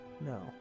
no